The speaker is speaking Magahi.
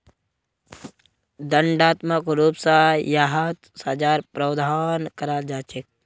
दण्डात्मक रूप स यहात सज़ार प्रावधान कराल जा छेक